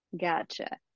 Gotcha